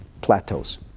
plateaus